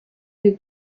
you